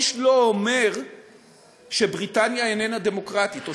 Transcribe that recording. איש לא אומר שבריטניה איננה דמוקרטית או